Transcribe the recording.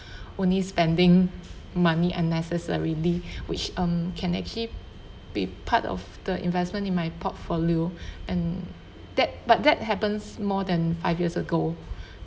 only spending money unnecessarily which um can actually be part of the investment in my portfolio and that but that happens more than five years ago